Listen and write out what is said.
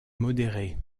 modéré